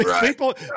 people